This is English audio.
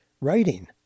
writing